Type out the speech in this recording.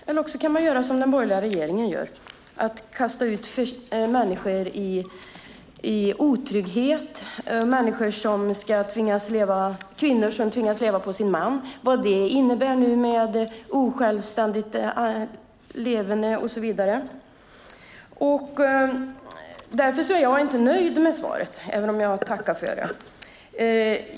Eller så kan man göra som den borgerliga regeringen gör och kasta ut människor i otrygghet och tvinga kvinnor att leva på sina män med allt vad det innebär av osjälvständigt leverne. Jag är därför inte nöjd med svaret även om jag tackar för det.